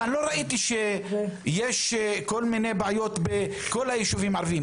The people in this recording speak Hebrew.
לא ראיתי שיש כל מיני בעיות בכל היישובים הערביים.